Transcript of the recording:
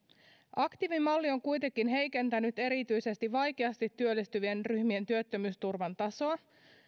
aktiivimalli on kuitenkin heikentänyt erityisesti vaikeasti työllistyvien ryhmien työttömyysturvan tasoa